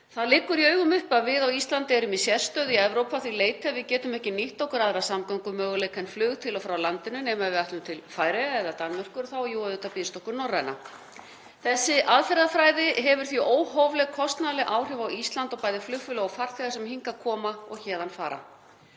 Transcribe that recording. Það liggur í augum uppi að við á Íslandi erum í sérstöðu í Evrópu að því leyti að við getum ekki nýtt okkur aðra samgöngumöguleika en flug til og frá landinu nema ef við ætluðum til Færeyja eða Danmerkur, þá býðst okkur auðvitað Norræna. Þessi aðferðafræði hefur því óhófleg kostnaðarleg áhrif á Ísland og bæði flugfélög og farþega sem hingað koma og héðan fara.